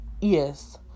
yes